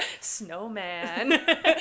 Snowman